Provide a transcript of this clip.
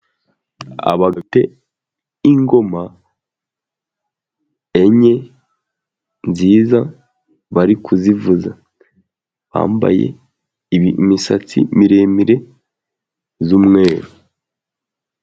Abantu bafite ingoma enye, nziza, bari kuzivuza. Bambaye imisatsi miremire y'umweru.